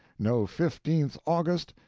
no fifteenth august,